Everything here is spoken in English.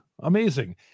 amazing